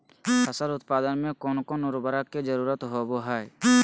फसल उत्पादन में कोन कोन उर्वरक के जरुरत होवय हैय?